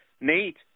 Nate